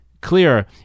clear